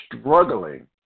struggling